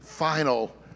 final